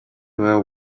well